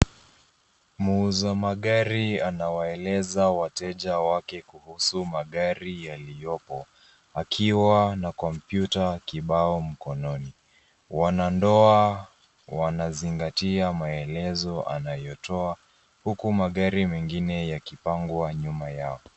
Muuza magari anawaeleza wateja wake kuhusu magari yaliyopo akiwa na kompyuta kibao mkononi. Wanandoa wanazingatia maelezo anayotoa huku magari mengine yakipangwa nyuma yao.